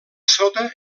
sota